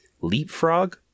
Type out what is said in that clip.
Leapfrog